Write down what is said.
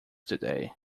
today